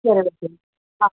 சரி ஓகே ஆ